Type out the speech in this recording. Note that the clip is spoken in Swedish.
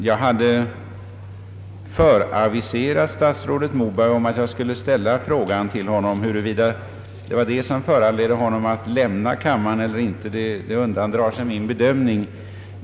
Jag hade aviserat statsrådet Moberg om att jag skulle ställa frågan till honom. Huruvida det var detta som föranledde honom att lämna kammaren eller inte undandrar sig min bedömning.